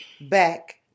back